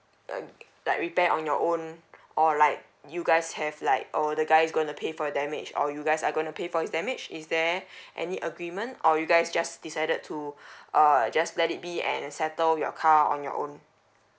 err like repair on your own or like you guys have like or the guys gonna pay for damage or you guys are gonna pay for his damage is there any agreement or you guys just decided to err just let it be and settle your car on your own